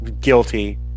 guilty